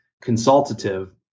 consultative